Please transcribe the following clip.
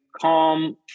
calm